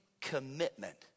commitment